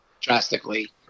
drastically